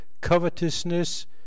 covetousness